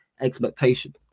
expectation